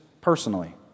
personally